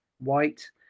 white